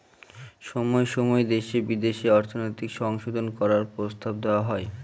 সময় সময় দেশে বিদেশে অর্থনৈতিক সংশোধন করার প্রস্তাব দেওয়া হয়